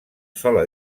sola